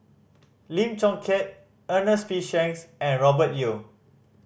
Lim Chong Keat Ernest P Shanks and Robert Yeo